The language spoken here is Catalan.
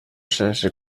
sense